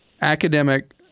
academic